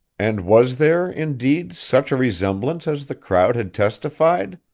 and was there indeed, such a resemblance as the crowd had testified?